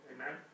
Amen